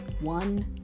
One